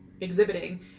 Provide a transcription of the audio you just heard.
exhibiting